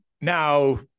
Now